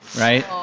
right?